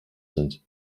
sind